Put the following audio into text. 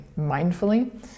mindfully